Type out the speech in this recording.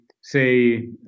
say